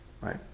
right